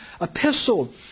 epistle